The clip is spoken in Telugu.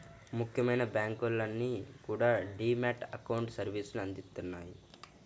ముఖ్యమైన బ్యాంకులన్నీ కూడా డీ మ్యాట్ అకౌంట్ సర్వీసుని అందిత్తన్నాయి